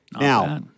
Now